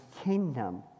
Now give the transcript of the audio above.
kingdom